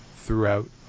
throughout